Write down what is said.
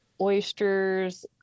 oysters